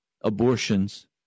abortions